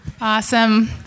Awesome